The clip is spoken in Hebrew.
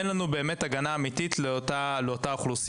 אין לנו באמת הגנה אמיתית לאותה אוכלוסייה.